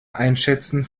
einschätzen